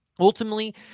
Ultimately